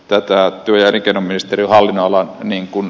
telttaa tyrkätä ministerivalinnalla niinkun